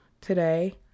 today